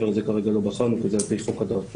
את זה כרגע לא בחנו כי זה על פי חוק הדרכונים.